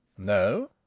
no.